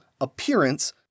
Appearance